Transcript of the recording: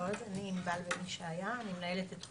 בינינו לרשות